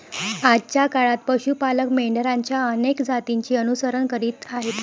आजच्या काळात पशु पालक मेंढरांच्या अनेक जातींचे अनुसरण करीत आहेत